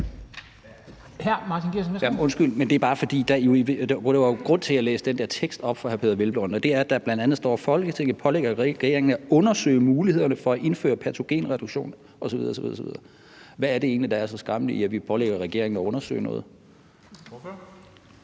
Martin Geertsen (V): Undskyld, men det er bare, fordi der jo var en grund til, at jeg læste den der tekst op for hr. Peder Hvelplund, og det er, at der bl.a. står, at Folketinget pålægger regeringen at undersøge mulighederne for at indføre patogenreduktion osv. osv. Hvad er det egentlig, der er så skræmmende ved, at vi pålægger regeringen at undersøge noget? Kl.